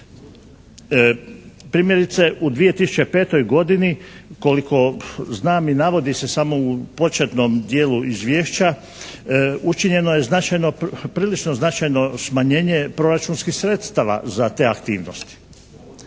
Primjerice u 2005. godini koliko znam i navodi se samo u početnom dijelu izvješća učinjeno je značajno, prilično značajno smanjenje proračunskih sredstava za te aktivnosti.